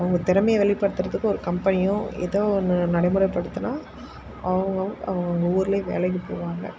அவுங்க திறமைய வெளிப்படுத்தறதுக்கு ஒரு கம்பெனியும் ஏதோ ஒன்று நடைமுறைபடுத்தினால் அவங்க அவங்க ஊர்லேயே வேலைக்கு போவாங்க